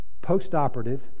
post-operative